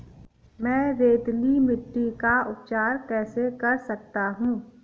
मैं रेतीली मिट्टी का उपचार कैसे कर सकता हूँ?